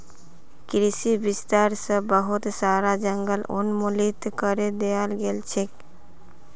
कृषि विस्तार स बहुत सारा जंगल उन्मूलित करे दयाल गेल छेक